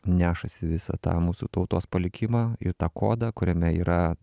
nešasi visą tą mūsų tautos palikimą ir tą kodą kuriame yra